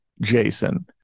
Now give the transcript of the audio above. Jason